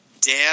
Dan